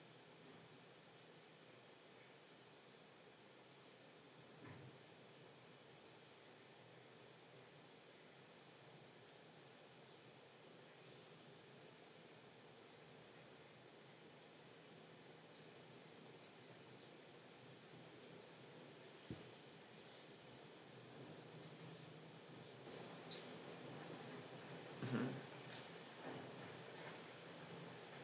mmhmm